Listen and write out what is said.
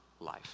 life